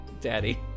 Daddy